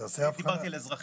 דברתי על אזרחים.